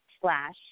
slash